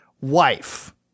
wife